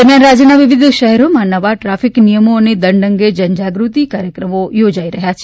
દરમિયાન રાજ્યના વિવિધ શહેરોમાં નવા ટ્રાફિક નિયમો અને દંડ અંગે જનજાગૃતિ કાર્યક્રમો યોજાઈ રહ્યા છે